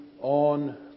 on